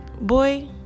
Boy